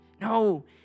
No